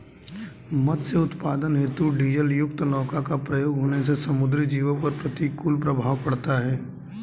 मत्स्य उत्पादन हेतु डीजलयुक्त नौका का प्रयोग होने से समुद्री जीवों पर प्रतिकूल प्रभाव पड़ता है